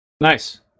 Nice